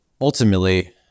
ultimately